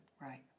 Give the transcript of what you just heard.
Right